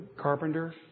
carpenter